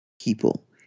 people